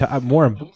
more